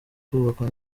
kubakwa